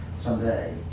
someday